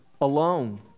alone